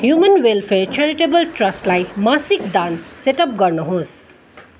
human welfare charitable ट्रस्टलाई मासिक दान सेट अप गर्नुहोस्